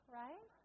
right